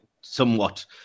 somewhat